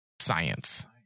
science